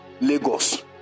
Lagos